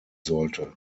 sollte